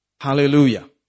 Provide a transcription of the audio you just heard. Hallelujah